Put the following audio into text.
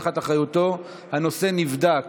אחריותו, הנושא נבדק